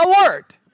alert